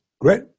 Great